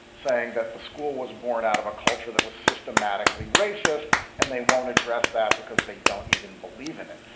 saying that the school was born out of a culture that was systematically racist and they won't address that because they don't even believe in it.